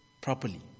properly